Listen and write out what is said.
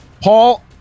Paul